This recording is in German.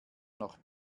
noch